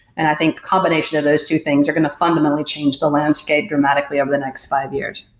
and i think combination of those two things are going to fundamentally change the landscape dramatically over the next five years.